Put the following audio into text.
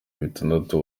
bitandatu